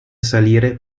salire